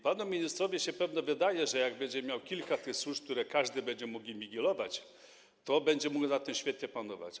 Panu ministrowi się pewnie wydaje, że jak będzie miał kilka tych służb, które każdy będzie mógł inwigilować, to będzie mógł nad tym świetnie panować.